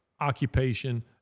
occupation